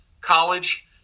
college